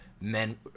men